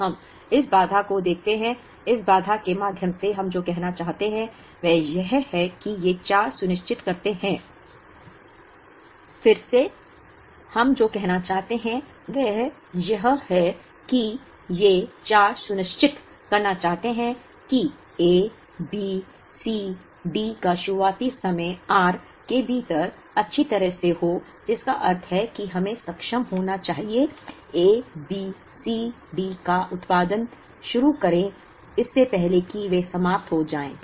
अब हम इस बाधा को देखते हैं इस बाधा के माध्यम से हम जो कहना चाहते हैं वह यह है कि ये चार सुनिश्चित करते हैं कि A B C D का शुरुआती समय r के भीतर अच्छी तरह से हो जिसका अर्थ है कि हमें सक्षम होना चाहिए A B C D का उत्पादन शुरू करें इससे पहले कि वे समाप्त हो जाएं